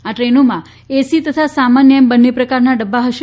આ ટ્રેનોમાં એસી તથા સામાન્ય એમ ટ્રેનો બંને પ્રકારનાં ડબ્બા હશે